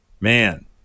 man